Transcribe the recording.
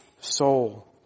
soul